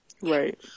Right